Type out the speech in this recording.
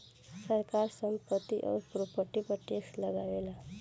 सरकार संपत्ति अउरी प्रॉपर्टी पर टैक्स लगावेला